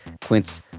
Quince